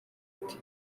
ati